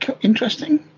interesting